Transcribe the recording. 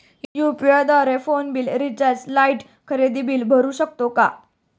UPI द्वारे phone bill, recharge, light, खरेदी bill भरू शकतो का?